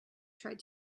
tried